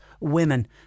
women